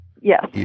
Yes